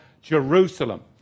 Jerusalem